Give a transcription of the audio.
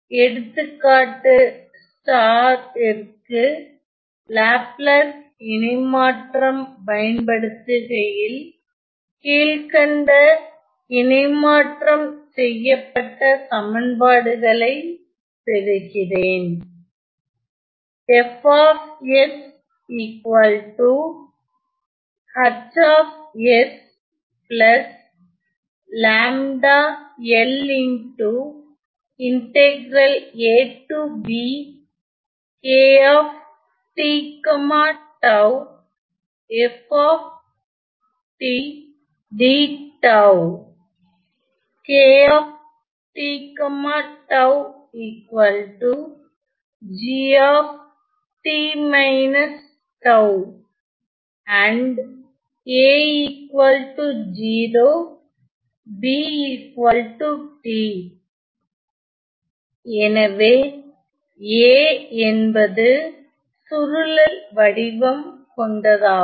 எடுத்துக்காட்டு ஸ்டார் ற்கு லாப்லாஸ் இணைமாற்றம் பயன்படுத்துகையில் கீழ்க்கண்ட இணை மாற்றம் செய்யப்பட்ட சமன்பாடுகளை பெறுகிறேன் எனவே A என்பது சுருளல் வடிவம் கொண்டதாகும்